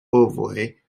ovoj